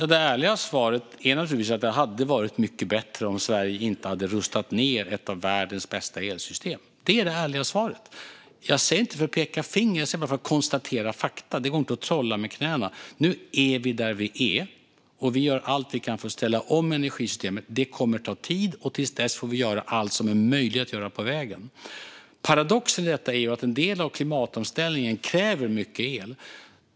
Herr talman! Svaret är naturligtvis att det hade varit bättre om Sverige inte hade rustat ned ett av världens bästa elsystem. Det är det ärliga svaret. Jag säger det inte för att peka finger utan för att konstatera fakta. Det går inte att trolla med knäna. Nu är vi där vi är, och vi gör allt vi kan för att ställa om energisystemet. Det kommer att ta tid, och till dess får vi göra allt som är möjligt att göra på vägen. Paradoxen i detta är att en del av klimatomställningen kräver mycket el.